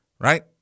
Right